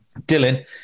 Dylan